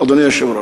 אדוני היושב-ראש,